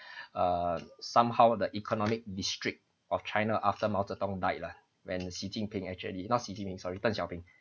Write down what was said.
err somehow the economic district of china after mao zedong died lah when xi jinping actually not xi jinping sorry deng xiaoping